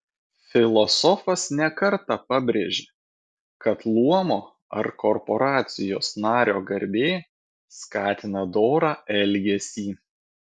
filosofas ne kartą pabrėžia kad luomo ar korporacijos nario garbė skatina dorą elgesį